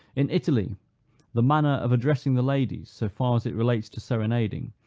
in italy the manner of addressing the ladies, so far as it relates to serenading,